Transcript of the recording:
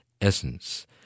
essence